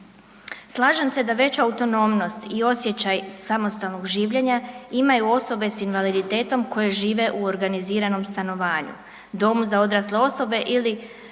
Slažem se da veća autonomnost i osjećaj samostalnog življenja imaju osobe s invaliditetom koje žive u organiziranom stanovanju, domu za odrasle osobe ili